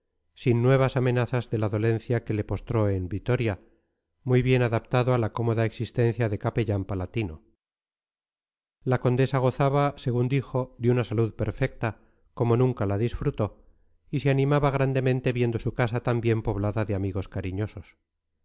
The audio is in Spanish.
sin nuevas amenazas de la dolencia que le postró en vitoria muy bien adaptado a la cómoda existencia de capellán palatino la condesa gozaba según dijo de una salud perfecta como nunca la disfrutó y se animaba grandemente viendo su casa tan bien poblada de amigos cariñosos